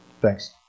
Thanks